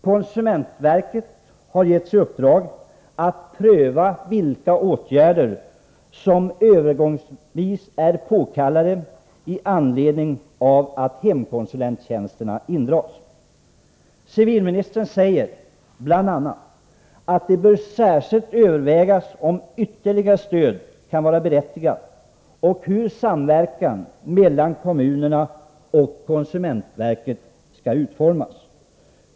Konsumentverket har fått i uppdrag att pröva vilka åtgärder som övergångsvis är påkallade i anledning av att hemkonsulenttjänsterna dras in. Civilministern säger bl.a. att det bör särskilt övervägas om ytterligare stöd kan vara berättigat och hur samverkan mellan kommunerna och konsumentverket skall utformas.